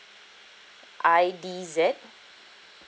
I D Z